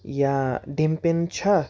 یا ڈِمپِن چھا